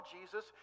Jesus